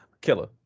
Killer